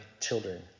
children